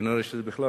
לי שיש בעיה